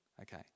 Okay